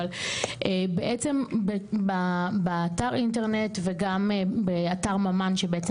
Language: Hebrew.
אבל בעצם באתר האינטרנט וגם באתר ממ"ן שבעצם